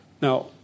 Now